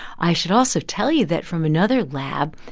i should also tell you that from another lab,